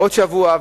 עוד שבוע,